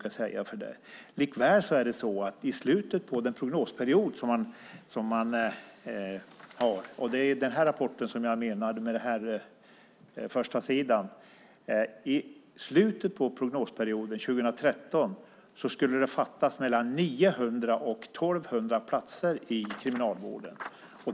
I slutet på den prognosperiod som man har i den rapport som jag nu håller upp - Rättsväsendets kapacitetsbehov åren 2010-2013 , utgiven av Brottsförebyggande rådet - alltså år 2010, skulle det fattas mellan 900 och 1 200 platser i kriminalvården.